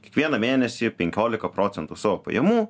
kiekvieną mėnesį penkiolika procentų savo pajamų